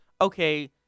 okay